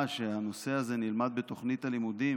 שהנושא הזה נלמד בתוכנית הלימודים